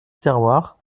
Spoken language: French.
terroir